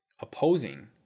opposing